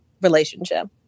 relationship